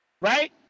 right